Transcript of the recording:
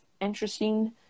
interesting